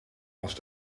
was